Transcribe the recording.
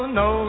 no